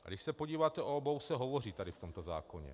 A když se podíváte, o obou se hovoří tady v tomto zákoně.